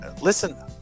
Listen